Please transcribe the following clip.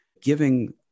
Giving